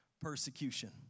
Persecution